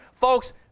Folks